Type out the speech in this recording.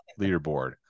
leaderboard